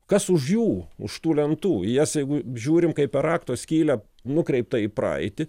kas už jų už tų lentų į jas jeigu žiūrim kaip per rakto skylę nukreiptą į praeitį